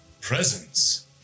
presence